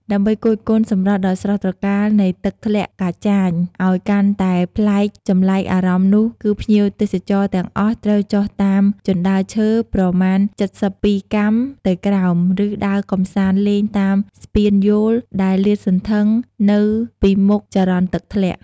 ដើម្បីគយគន់សម្រស់ដ៏ស្រស់ត្រកាលនៃទឹកធ្លាក់កាចាញឱ្យកាន់តែប្លែកចម្លែកអារម្មណ៍នោះគឺភ្ញៀវទេសចរទាំងអស់ត្រូវចុះតាមជណ្តើរឈើប្រមាណចិតសិបពីរកាំទៅក្រោម ឬដើរកំសាន្តលេងតាមស្ពានយោលដែលលាតសន្ធឹងនៅពីមុខចរន្តទឹកធ្លាក់។